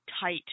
tight